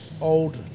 old